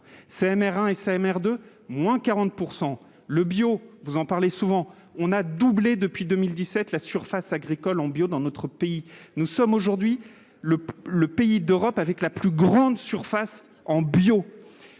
mère, de moins 40 % le bio, vous en parlez souvent, on a doublé depuis 2017 la surfaces agricoles en bio dans notre pays, nous sommes aujourd'hui le le pays d'Europe avec la plus grande surfaces en bio,